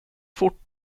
fort